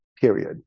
period